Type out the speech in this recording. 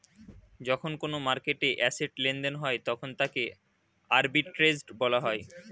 যখন কোনো মার্কেটে অ্যাসেট্ লেনদেন হয় তখন তাকে আর্বিট্রেজ বলা হয়